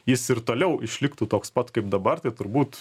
jis ir toliau išliktų toks pat kaip dabar tai turbūt